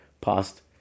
past